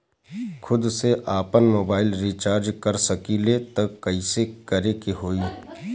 खुद से आपनमोबाइल रीचार्ज कर सकिले त कइसे करे के होई?